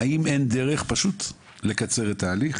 האם אין דרך לקצר את התהליך?